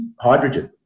hydrogen